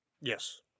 Yes